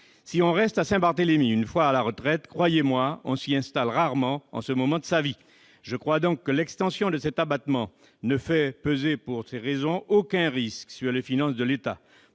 Si l'on reste à Saint-Barthélemy une fois à la retraite, croyez-moi, on s'y installe rarement à ce moment de sa vie. Je crois donc que l'extension de cet abattement ne fait peser, pour ces raisons, aucun risque sur les finances de l'État.